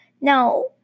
Now